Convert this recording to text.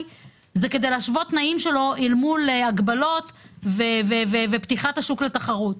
זה כדי להשוות תנאים שלו אל מול הגבלות ופתיחת השוק לתחרות.